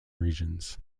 regions